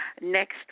Next